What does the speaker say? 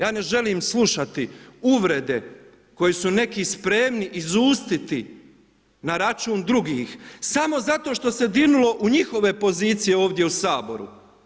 Ja ne želim slušati uvrede koje su neki spremni izustiti na račun drugih samo zato što se dirnulo u njihove pozicije ovdje u Saboru.